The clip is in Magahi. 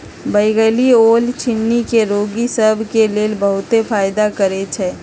बइगनी ओल चिन्नी के रोगि सभ के लेल बहुते फायदा करै छइ